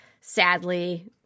sadly